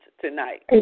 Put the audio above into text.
tonight